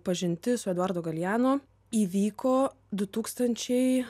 pažintis su eduardo galeano įvyko du tūkstančiai